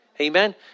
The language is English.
Amen